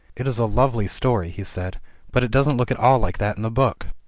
it is a lovely story, he said but it doesn't look at all like that in the book.